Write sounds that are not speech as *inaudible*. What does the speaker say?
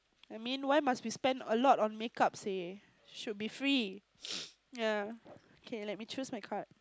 I mean why must we spend a lot on make-up say should be free *noise* ya kay let me choose my card